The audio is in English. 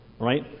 right